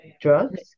drugs